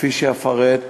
וכפי שאפרט,